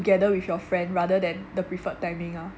together with your friend rather than the preferred timing ah